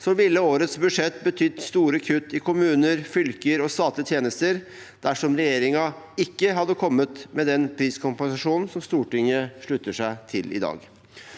ville årets budsjett betydd store kutt i kommuner, fylker og statlige tjenester dersom regjeringen ikke hadde kommet med den priskompensasjonen som Stortinget slutter seg til i dag.